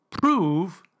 prove